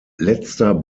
letzter